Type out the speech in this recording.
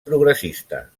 progressista